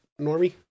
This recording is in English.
Normie